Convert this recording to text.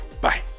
Bye